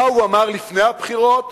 מה הוא אמר לפני הבחירות